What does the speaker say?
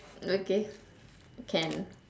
okay can